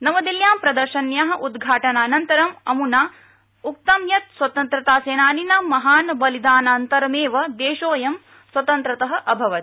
नवदिल्यां प्रदर्शन्या उद्घाटनानन्तरं अमुना उक्तं यत् स्वतंत्रतासेनानीनां महान् बलिदानानन्तरमेव देशोऽयं स्वतन्त्र अभवत्